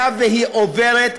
היה והיא עוברת,